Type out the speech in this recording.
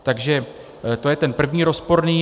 Takže to je ten první rozporný.